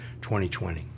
2020